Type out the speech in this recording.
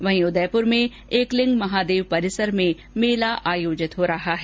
वहीं उदयपुर में एकलिंग महादेव परिसर में मेला आयोजित हो रहा है